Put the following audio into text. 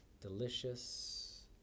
delicious